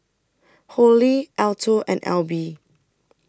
Holli Alto and Alby